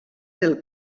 del